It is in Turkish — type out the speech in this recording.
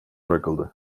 bırakıldı